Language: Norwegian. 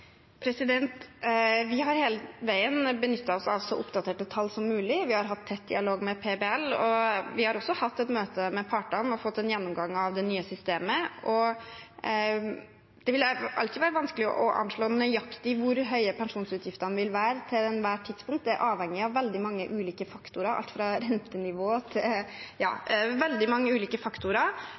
Vi har hele veien benyttet oss av så oppdaterte tall som mulig. Vi har hatt tett dialog med PBL, og vi har også hatt et møte med partene og fått en gjennomgang av det nye systemet. Det vil alltid være vanskelig å anslå nøyaktig hvor høye pensjonsutgiftene vil være til ethvert tidspunkt. Det er avhengig av veldig mange ulike faktorer, alt fra rentenivå til – ja, veldig mange ulike faktorer.